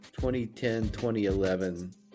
2010-2011